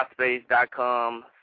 MySpace.com